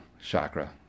chakra